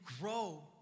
grow